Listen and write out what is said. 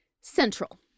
central